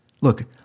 Look